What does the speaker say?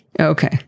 Okay